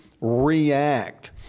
react